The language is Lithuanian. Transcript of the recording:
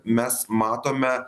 mes matome